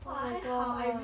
oh my god